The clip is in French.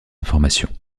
informations